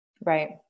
right